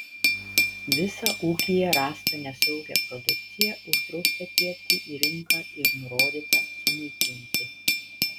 visą ūkyje rastą nesaugią produkciją uždrausta tiekti į rinką ir nurodyta sunaikinti